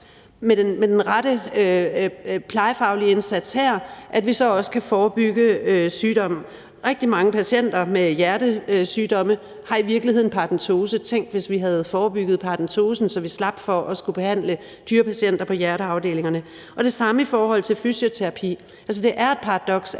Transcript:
med den rette plejefaglige indsats her, så kan vi også forebygge sygdomme. Rigtig mange patienter med hjertesygdomme har i virkeligheden paradentose. Tænk, hvis vi havde forebygget paradentosen, så vi slap for at skulle behandle dyre patienter på hjerteafdelingerne. Og det samme gælder i forhold til fysioterapi. Det er et paradoks,